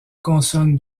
consonnes